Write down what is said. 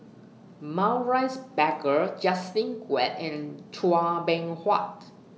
Maurice Baker Justin Quek and Chua Beng Huat